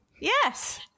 Yes